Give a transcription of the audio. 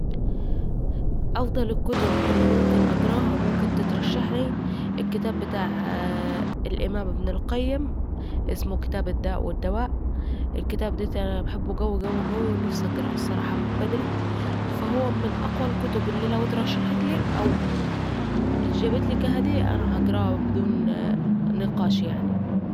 أفضل الكتب الي ممكن اقراها او ممكن تترشحي الكتب بتاع الامام ابن القيم كتاب اسمه الداء و الدواء ، الكتاب داتي انا بحبه قوي قوي ونفسي اقراه الصراحه من بدري, ف هو من اقوي الكتب الي لو اترشحت لي او اتجب لي كهدية الصراحه هقراه بدون نقاش يعني